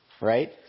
right